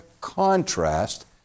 contrast